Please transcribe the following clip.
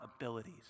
abilities